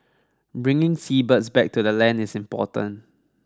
bringing seabirds back to the land is important